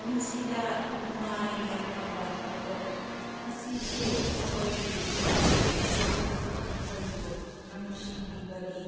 ꯄꯨꯟꯁꯤꯗ ꯅꯨꯡꯉꯥꯏ ꯌꯥꯏꯐꯕ ꯊꯧꯗꯣꯛ ꯑꯁꯤꯁꯦ ꯑꯩꯈꯣꯏꯒꯤ ꯏꯁꯣꯔꯅ ꯑꯩꯈꯣꯏꯕꯨ ꯅꯨꯡꯁꯤꯕꯤꯕꯒꯤ